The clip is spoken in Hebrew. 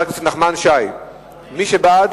מי שנגד,